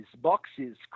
boxes